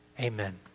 amen